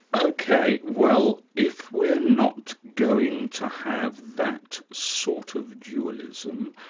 ok, well, if we're not going to have that sort of dualism,